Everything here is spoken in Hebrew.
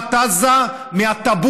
לרצועת עזה מהטבור,